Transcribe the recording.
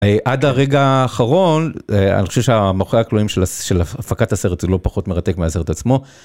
אה, עד הרגע האחרון... אה, אני חושב שהמאחורי הקלעים של הפקת הסרט זה לא פחות מרתק מהסרט עצמו.